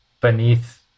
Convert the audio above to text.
beneath